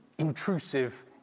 intrusive